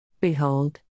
Behold